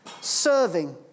serving